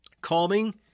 calming